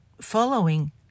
following